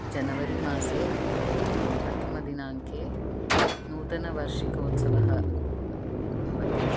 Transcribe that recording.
January मासे प्रथमदिनाङ्के नूतनः वर्षिकोत्सवः भवति